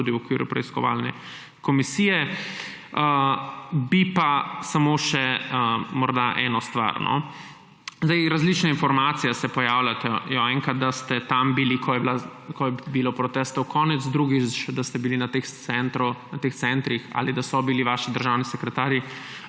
tudi v okviru preiskovalne komisije. Bi pa morda samo še eno stvar. Različne informacije se pojavljajo, enkrat, da ste bili tam, ko je bilo protestov konec, drugič, da ste bili na teh centrih ali da so bili vaši državni sekretarji